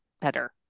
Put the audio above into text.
better